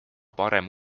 parem